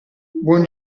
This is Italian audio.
buon